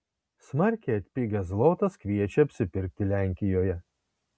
smarkiai atpigęs zlotas kviečia apsipirkti lenkijoje